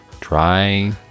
Try